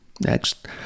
Next